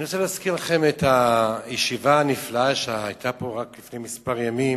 אני רוצה להזכיר לכם את הישיבה הנפלאה שהיתה פה רק לפני כמה ימים